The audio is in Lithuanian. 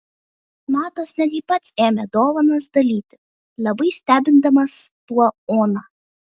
matas netgi pats ėmė dovanas dalyti labai stebindamas tuo oną